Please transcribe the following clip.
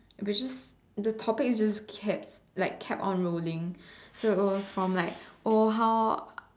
basically the topics just kept like kept unrolling so it was from like oh how